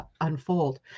unfold